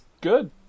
Good